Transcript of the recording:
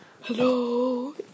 Hello